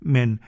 Men